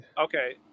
okay